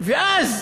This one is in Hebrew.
ואז